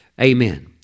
Amen